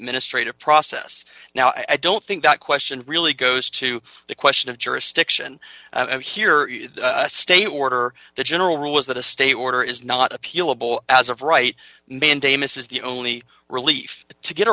administrative process now i don't think that question really goes to the question of jurisdiction here state order the general rule is that a state order is not appealable as of right mandamus is the only relief to get